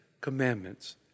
commandments